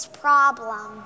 problem